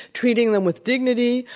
treating them with dignity,